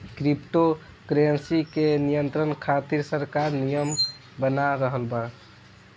crypto currency के नियंत्रण खातिर सरकार नियम बना रहल बा